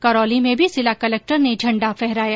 करौली में भी जिला कलेक्टर ने झंडा फहराया